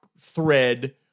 thread